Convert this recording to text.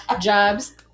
jobs